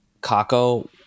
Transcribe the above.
Kako